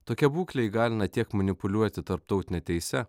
tokia būklė įgalina tiek manipuliuoti tarptautine teise